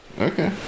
Okay